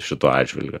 šituo atžvilgiu